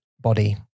body